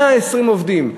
120 עובדים,